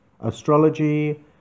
astrology